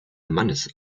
mannes